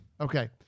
Okay